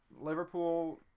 liverpool